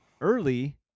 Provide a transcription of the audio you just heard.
early